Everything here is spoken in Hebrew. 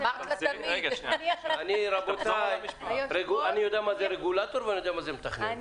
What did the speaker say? אני יודע מה זה רגולטור ואני יודע מה זה מתכנן.